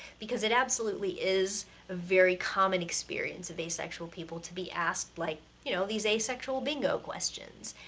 because it absolutely is a very common experience of asexual people to be asked, like, you know, these asexual bingo questions.